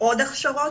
עוד הכשרות.